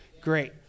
Great